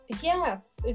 Yes